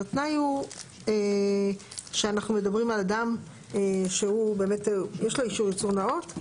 אז התנאי הוא שאנחנו מדברים על אדם שיש לו אישור ייצור נאות.